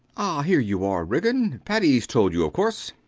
ah, here you are, ridgeon. paddy's told you, of course.